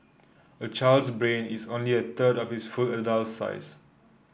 a child's brain is only a third of its full adult size